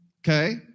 Okay